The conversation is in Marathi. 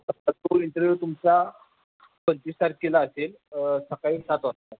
आता तो इंटरव्यू तुमचा पंचवीस तारखेला असेल सकाळी सात वाजता